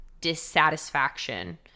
dissatisfaction